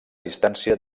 distància